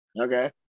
Okay